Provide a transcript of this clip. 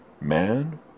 man